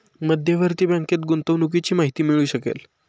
मध्यवर्ती बँकेत गुंतवणुकीची माहिती मिळू शकेल